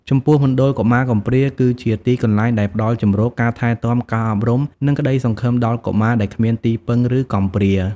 ចំពោះមណ្ឌលកុមារកំព្រា គឺជាទីកន្លែងដែលផ្ដល់ជំរក ការថែទាំ ការអប់រំ និងក្ដីសង្ឃឹមដល់កុមារដែលគ្មានទីពឹង ឬកំព្រា។